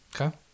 Okay